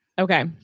Okay